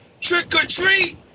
trick-or-treat